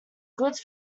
goods